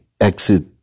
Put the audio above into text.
exit